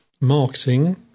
marketing